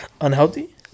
unhealthy